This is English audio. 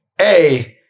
A-